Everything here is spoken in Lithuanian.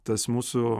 tas mūsų